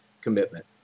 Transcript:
commitment